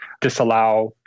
disallow